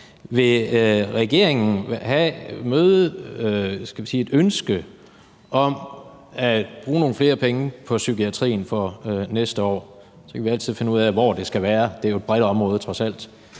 Vil regeringen møde et, skal vi sige ønske om at bruge nogle flere penge på psykiatrien for næste år? Så kan vi altid finde ud af, hvor det skal være, for det er jo trods alt